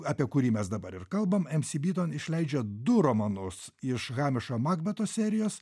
apie kurį mes dabar ir kalbam mc byton išleidžia du romanus iš hamišo makbeto serijos